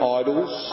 idols